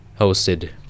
hosted